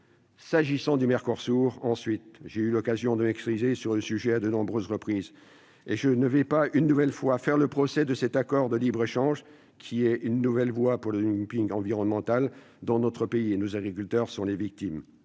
S'agissant du Mercosur, j'ai eu l'occasion de m'exprimer sur le sujet à de nombreuses reprises. Je ne vais pas, une fois de plus, faire le procès de cet accord de libre-échange ouvrant une nouvelle voie pour le dumping environnemental, dont notre pays, nos agriculteurs et les